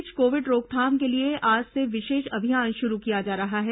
इस बीच कोविड रोकथाम के लिए आज से विशेष अभियान शुरु किया जा रहा है